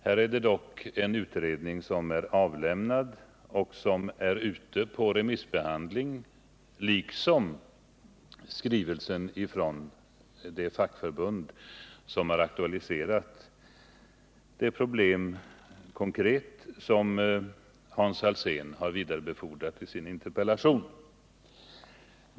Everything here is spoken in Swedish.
Här gäller det dock en utredning som är avlämnad och som är ute på remissbehandling, liksom skrivelsen från det förbund som konkret har aktualiserat det problem som Hans Alsén tagit upp i sin interpellation.